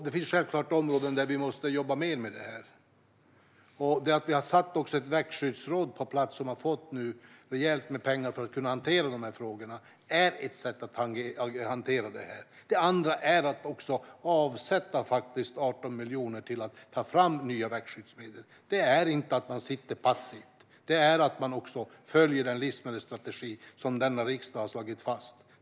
Det finns självklart områden där vi måste jobba mer med det här. Vi har nu fått ett växtskyddsråd på plats, som har fått rejält med pengar för att kunna hantera de här frågorna. Det är ett sätt att hantera det. Det andra är att avsätta 18 miljoner till att ta fram nya växtskyddsmedel. Det är inte att sitta passiv. Det är att följa den livsmedelsstrategi som denna riksdag har slagit fast.